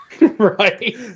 Right